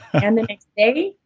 and the next day,